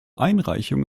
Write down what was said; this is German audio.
einreichung